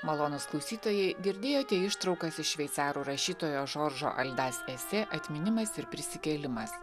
malonūs klausytojai girdėjote ištraukas iš šveicarų rašytojo žoržo aldas esė atminimas ir prisikėlimas